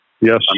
Yes